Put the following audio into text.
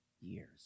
years